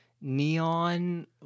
neon